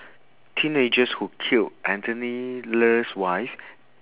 teenagers who killed Anthony Ler's wife